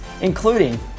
including